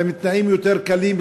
עם תנאים יותר קלים,